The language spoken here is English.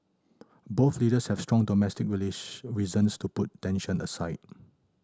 both leaders have strong domestic reasons to put tension aside